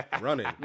running